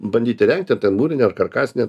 bandyt įrengti ar ten mūrinę ar karkasinę